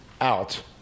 out